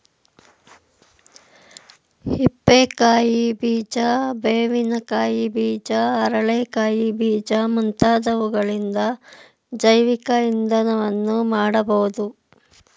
ಹಿಪ್ಪೆ ಕಾಯಿ ಬೀಜ, ಬೇವಿನ ಕಾಯಿ ಬೀಜ, ಅರಳೆ ಕಾಯಿ ಬೀಜ ಮುಂತಾದವುಗಳಿಂದ ಜೈವಿಕ ಇಂಧನವನ್ನು ಮಾಡಬೋದು